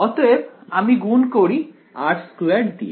অতএব আমি গুণ করি r2 দিয়ে